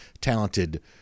talented